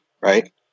right